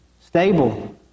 stable